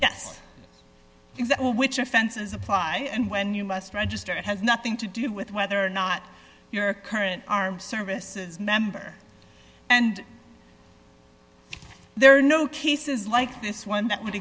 us which offenses apply and when you must register it has nothing to do with whether or not your current armed services member and there are no cases like this one that would